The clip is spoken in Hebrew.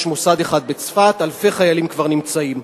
יש מוסד אחד בצפת, אלפי חיילים כבר נמצאים.